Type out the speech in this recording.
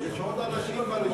יש עוד אנשים ברשימה.